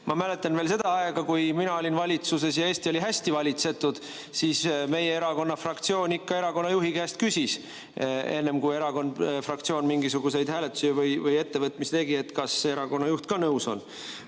Ma mäletan veel seda aega, kui mina olin valitsuses ja Eesti oli hästi valitsetud. Siis meie erakonna fraktsioon ikka küsis erakonna juhi käest enne, kui fraktsioon mingisuguseid hääletusi või ettevõtmisi tegi, kas erakonna juht ka nõus on. Aga